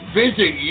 visit